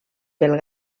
pel